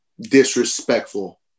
disrespectful